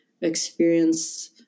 experience